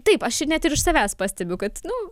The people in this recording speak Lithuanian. taip aš ir net ir už savęs pastebiu kad nu